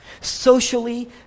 socially